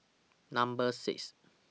Number six